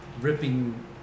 ripping